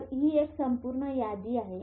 तर ही एक संपूर्ण यादी आहे